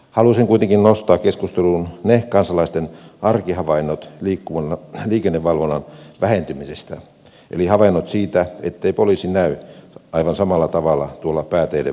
haluaisin kuitenkin nostaa keskusteluun kansalaisten arkihavainnot liikennevalvonnan vähentymisestä eli havainnot siitä ettei poliisi näy aivan samalla tavalla tuolla pääteiden varsilla